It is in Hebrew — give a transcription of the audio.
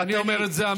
ואני אומר את זה אמיתי.